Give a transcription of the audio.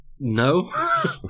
No